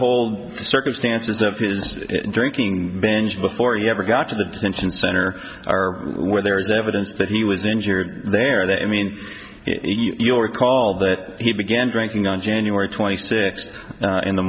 the hold circumstances of his drinking binge before he ever got to the pension center are where there is evidence that he was injured there that i mean you'll recall that he began drinking on january twenty sixth in the